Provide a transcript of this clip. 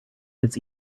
its